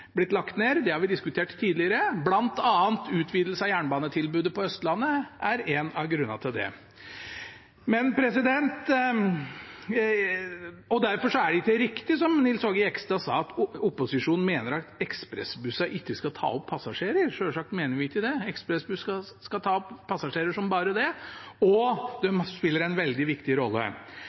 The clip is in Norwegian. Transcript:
blitt lagt ned. Det har vi diskutert tidligere. Blant annet er utvidelse av jernbanetilbudet på Østlandet en av grunnene til det. Det ikke riktig som Nils Aage Jegstad sa, at opposisjonen mener at ekspressbussene ikke skal ta opp passasjerer. Selvsagt mener vi ikke det. Ekspressbussene skal ta opp passasjerer som bare det, og de spiller en veldig viktig rolle.